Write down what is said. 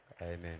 Amen